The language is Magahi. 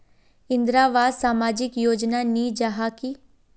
इंदरावास सामाजिक योजना नी जाहा की?